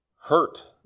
hurt